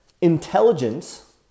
intelligence